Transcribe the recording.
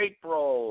April